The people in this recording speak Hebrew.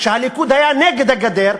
כשהליכוד היה נגד הגדר,